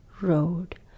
road